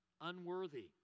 unworthy